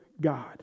God